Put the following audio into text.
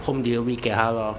home delivery 给他 lor